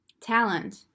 talent